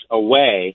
away